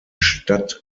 stadt